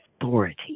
authority